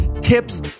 tips